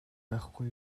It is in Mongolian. байхгүй